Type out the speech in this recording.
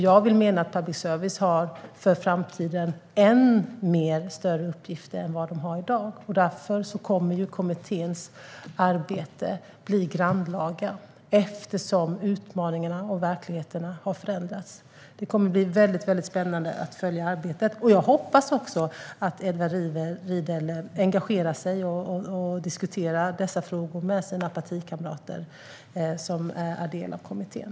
Jag vill mena att public service i framtiden kommer att ha än större uppgifter än i dag. Därför kommer kommitténs arbete att bli grannlaga, eftersom utmaningarna och verkligheterna har förändrats. Det kommer att bli väldigt spännande att följa arbetet. Jag hoppas att Edward Riedl engagerar sig och diskuterar dessa frågor med sina partikamrater i kommittén.